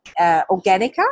Organica